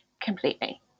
completely